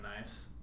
nice